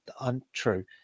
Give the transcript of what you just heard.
untrue